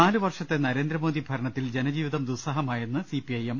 നാലുവർഷത്തെ നരേന്ദ്രമോദി ഭരണത്തിൽ ജനജീവിതം ദുസ്സഹമാ യെന്ന് സി പി ഐ എം